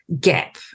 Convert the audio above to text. gap